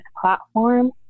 platform